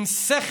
עם שכל,